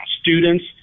Students